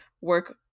work